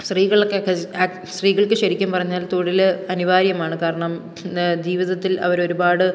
സ്ത്രീകൾക്കൊക്കെ ആക് സ്ത്രീകൾക്ക് ശരിക്കും പറഞ്ഞാൽ തൊഴിൽ അനിവാര്യമാണ് കാരണം ജീവിതത്തിൽ അവരൊരുപാട്